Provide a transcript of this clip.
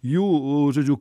jų žodžiu